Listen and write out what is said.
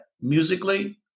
musically